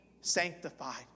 sanctified